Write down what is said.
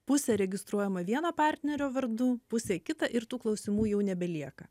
pusė registruojama vieno partnerio vardu pusė kita ir tų klausimų jau nebelieka